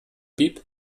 bib